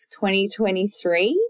2023